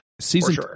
season